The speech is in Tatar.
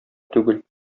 түгел